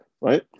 right